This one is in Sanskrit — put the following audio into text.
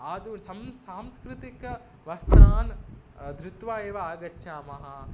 आदुळ् सं सांस्कृतिकवस्त्रान् धृत्वा एव आगच्छामः